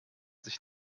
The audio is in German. sich